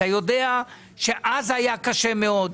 אתה יודע שאז היה קשה מאוד.